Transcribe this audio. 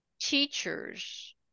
teachers